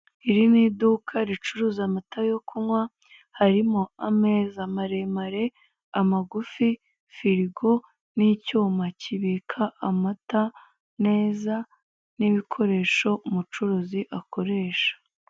Iri ni iduka ricuruza amata yo kunywa, harimo ameza maremare, amagufi, firigo n'icyuma kibika amata neza n'ibikoresho umucuruzi akoresha.